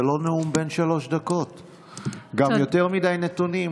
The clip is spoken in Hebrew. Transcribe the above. זה לא נאום בן שלוש דקות, גם יותר מדי נתונים.